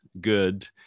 Good